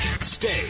Stay